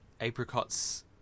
apricots